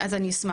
אז אני אשמח.